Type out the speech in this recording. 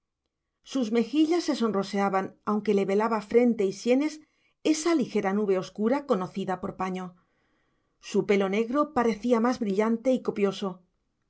sus mejillas se sonroseaban aunque le velaba frente y sienes esa ligera nube oscura conocida por paño su pelo negro parecía más brillante y copioso